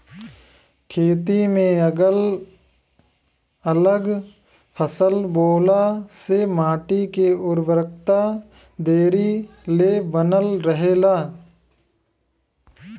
खेती में अगल अलग फसल बोअला से माटी के उर्वरकता देरी ले बनल रहेला